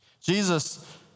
Jesus